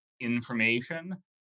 information